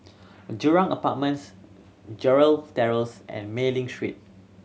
Jurong Apartments Gerald Terrace and Mei Ling Street